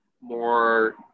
more